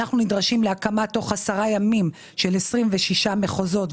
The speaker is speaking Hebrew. אנחנו נדרשים להקמה תוך 10 ימים של 26 מחוזות,